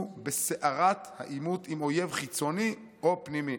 בסערת העימות עם אויב חיצוני או פנימי.